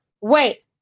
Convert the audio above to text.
Wait